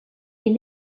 est